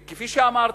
כפי שאמרתי,